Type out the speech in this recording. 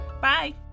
Bye